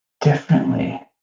Differently